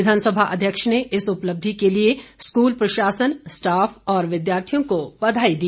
विधानसभा अध्यक्ष ने इस उपलब्धि के लिए स्कूल प्रशासन स्टाफ और विद्यार्थियों को बधाई दी